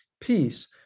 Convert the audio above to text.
peace